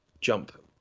jump